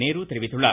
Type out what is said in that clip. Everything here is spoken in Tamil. நேரு தெரிவித்துள்ளார்